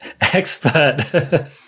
expert